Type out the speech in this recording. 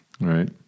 right